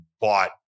bought